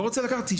לא רוצה לקחת,